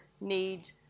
need